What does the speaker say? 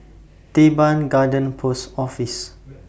Teban Garden Post Office